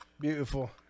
Beautiful